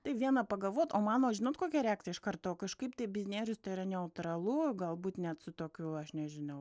tai viena pagalvot o mano žinot kokia reakcija iš karto kažkaip tai biznierius tai yra neutralu galbūt net su tokiu aš nežinau